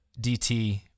DT